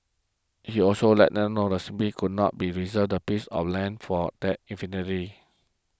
he also let them know that he simply could not be reserve that piece of land for them indefinitely